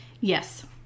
Yes